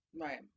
Right